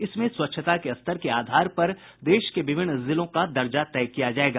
इसमें स्वच्छता के स्तर के आधार पर देश के विभिन्न जिलों का दर्जा तय किया जायेगा